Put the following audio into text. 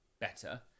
better